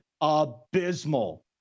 abysmal